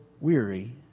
weary